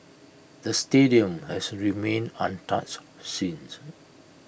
the stadium has remained untouched since